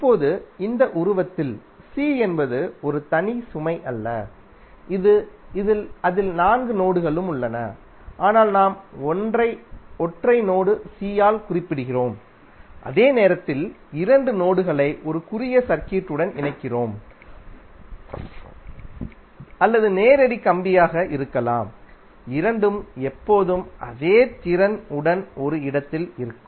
இப்போது இந்த உருவத்தில் c என்பது ஒரு தனி சுமை அல்ல அதில் நான்கு நோடுகளும் உள்ளன ஆனால் நாம் ஒரு ஒற்றை நோடு c ஆல் குறிப்பிடுகிறோம் அதே நேரத்தில் இரண்டு நோடுகளை ஒரு குறுகிய சர்க்யூட் உடன் இணைக்கிறோம் அல்லது நேரடி கம்பியாக இருக்கலாம் இரண்டும் எப்போதும் அதே திறன் உடன் ஒரு இடத்தில் இருக்கும்